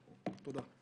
תודה.